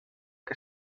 que